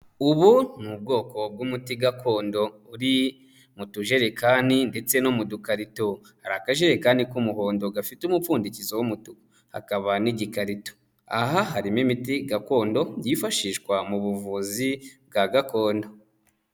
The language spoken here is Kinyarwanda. Ubu ni ubwoko bw'umuti gakondo, uri mu tujerekani ndetse no mu dukarito, hari akajekani k'umuhondo gafite umupfundikizo w'umutuku, hakaba n'igikarito. Aha harimo imiti gakondo yifashishwa mu buvuzi bwa gakondo.